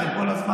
אתם כל הזמן,